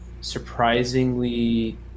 surprisingly